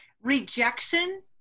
Rejection